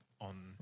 on